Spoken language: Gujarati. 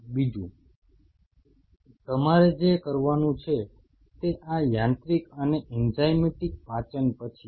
બીજું તમારે જે કરવાનું છે તે આ યાંત્રિક અને એન્ઝાઇમેટિક પાચન પછી છે